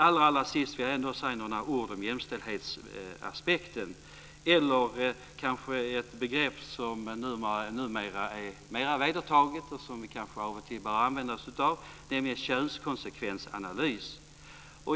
Allra sist vill jag ändå säga några ord om jämställdhetsaspekten eller det begrepp som numera är mer vedertaget och som vi kanske bör använda oss av, nämligen könskonsekvensanalys.